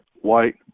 white